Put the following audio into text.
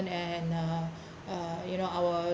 and a uh you know our